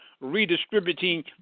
redistributing